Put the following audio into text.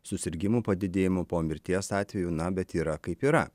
susirgimų padidėjimų po mirties atvejų na bet yra kaip yra